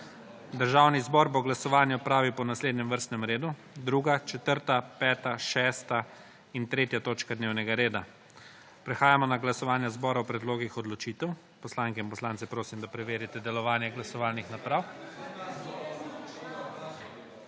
Državni zbor bo glasovanje opravil po naslednjem vrstnem redu: 2., 4., 5. 6. in 3. točka dnevnega reda. Prehajamo na glasovanje zbora o predlogih odločitev. Poslanke in poslance prosim, da preverite delovanje glasovalnih naprav.